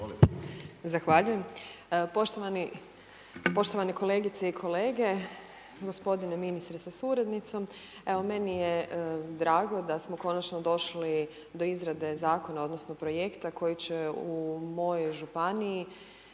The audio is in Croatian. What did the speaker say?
Zahvaljujem, poštovani, poštovane kolegice i kolege, gospodine ministre sa suradnicom. Evo meni je drago da smo konačno došli do izrade zakona odnosno projekta koji će u mojoj županiji